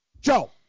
Joe